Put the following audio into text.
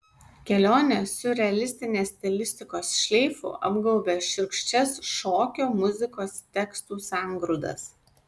kelionė siurrealistinės stilistikos šleifu apgaubia šiurkščias šokio muzikos tekstų sangrūdas